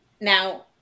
now